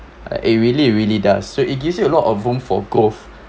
uh it really really does so it gives you a lot of room for growth